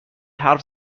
حرف